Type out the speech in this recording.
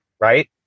right